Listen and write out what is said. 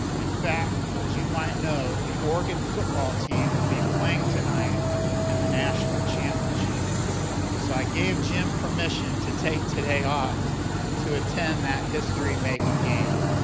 in fact, as you might know, the oregon football team will be playing tonight in the national championship so i gave jim permission to take today off to attend that history-making game!